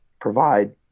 provide